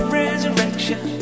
resurrection